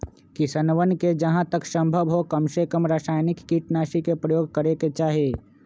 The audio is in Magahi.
किसनवन के जहां तक संभव हो कमसेकम रसायनिक कीटनाशी के प्रयोग करे के चाहि